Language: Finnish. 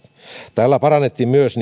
tällä parannettiin myös